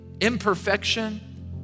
imperfection